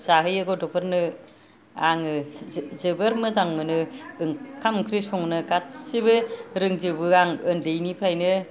जाहोयो गथ'फोरनो आङो जोबोद मोजां मोनो ओंखाम ओंख्रि संनो गासिबो रोंजोबो आं उन्दैनिफ्रायनो